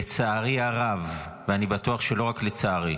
לצערי הרב ואני גם בטוח שלא רק לצערי,